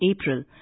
April